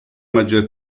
maggior